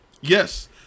Yes